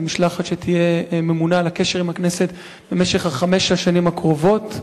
זו משלחת שתהיה ממונה על הקשר עם הכנסת בחמש השנים הקרובות.